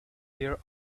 their